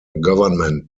government